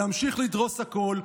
להמשיך לדרוס הכול.